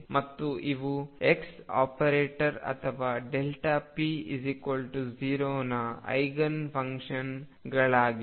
ಮತ್ತು ಇವು x operator ಅಥವಾ p0ನ ಐಗನ್ ಫಂಕ್ಷನ್ಗಳಾಗಿವೆ